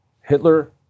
Hitler